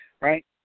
Right